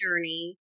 journey